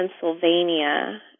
Pennsylvania